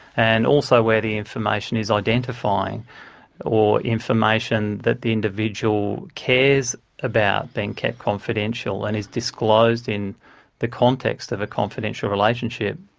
and also where the information is identifying or information that the individual cares about being kept confidential, and is disclosed in the context of a confidential relationship.